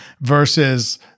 versus